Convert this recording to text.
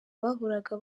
bahoraga